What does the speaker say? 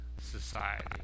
society